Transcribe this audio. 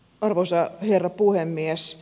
arvoisa herra puhemies